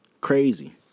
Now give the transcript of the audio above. crazy